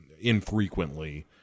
infrequently